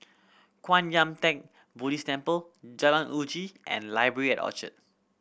Kwan Yam Theng Buddhist Temple Jalan Uji and Library at Orchard